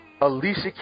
Alicia